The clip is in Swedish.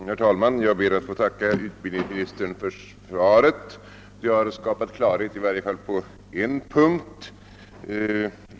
Herr talman! Jag ber att få tacka utbildningsministern för svaret. Det har i varje fall skapat klarhet på en punkt.